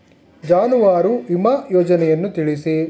ಜಾನುವಾರು ವಿಮಾ ಯೋಜನೆಯನ್ನು ತಿಳಿಸಿ?